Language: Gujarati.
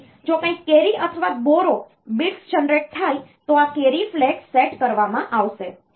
તેથી જો કંઈક કેરી અથવા બોરો bits જનરેટ થાય તો આ કેરી ફ્લેગ સેટ કરવામાં આવશે